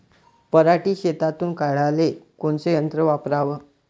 पराटी शेतातुन काढाले कोनचं यंत्र वापराव?